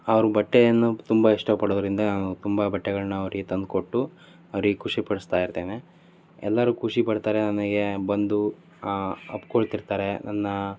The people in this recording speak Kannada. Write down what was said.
ಅವರು ಬಟ್ಟೆಯನ್ನು ತುಂಬ ಇಷ್ಟಪಡೋದರಿಂದ ನಾನು ತುಂಬ ಬಟ್ಟೆಗಳನ್ನ ಅವರಿಗೆ ತಂದು ಕೊಟ್ಟು ಅವರಿಗೆ ಖುಷಿ ಪಡಿಸ್ತಾ ಇರ್ತೇನೆ ಎಲ್ಲರು ಖುಷಿ ಪಡ್ತಾರೆ ನನಗೆ ಬಂದು ಅಪ್ಪಿಕೊಳ್ತಿರ್ತಾರೆ ನನ್ನ